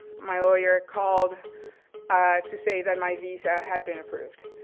my lawyer, called to say that my visa had been approved.